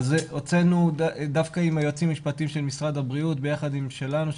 היועצים המשפטיים של משרד הבריאות ביחד עם שלנו,